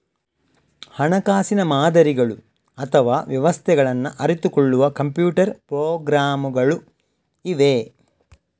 ಹಣಕಾಸಿನ ಮಾದರಿಗಳು ಅಥವಾ ವ್ಯವಸ್ಥೆಗಳನ್ನ ಅರಿತುಕೊಳ್ಳುವ ಕಂಪ್ಯೂಟರ್ ಪ್ರೋಗ್ರಾಮುಗಳು ಇವೆ